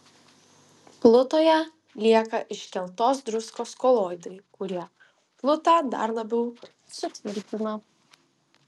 plutoje lieka iškeltos druskos koloidai kurie plutą dar labiau sutvirtina